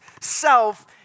self